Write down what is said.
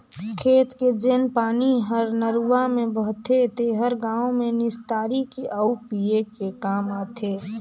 खेत के जेन पानी हर नरूवा में बहथे तेहर गांव में निस्तारी के आउ पिए के काम आथे